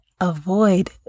Avoid